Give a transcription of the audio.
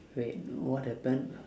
wait what happened